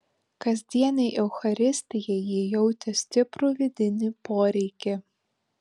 kasdienei eucharistijai ji jautė stiprų vidinį poreikį